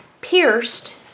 Pierced